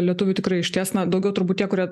lietuvių tikrai išties na daugiau turbūt tie kurie